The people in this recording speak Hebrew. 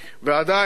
ועדיין,